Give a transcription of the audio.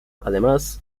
además